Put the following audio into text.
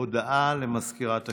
הודעה למזכירת הכנסת,